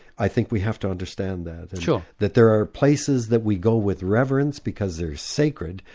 i think we have to understand that, and so that there are places that we go with reverence because they're sacred,